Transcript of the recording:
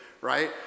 right